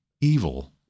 evil